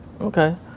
Okay